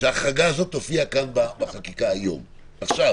שההחרגה הזאת תופיע כאן בחקיקה היום, עכשיו